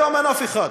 היום אין אף אחד.